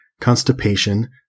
constipation